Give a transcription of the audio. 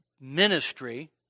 ministry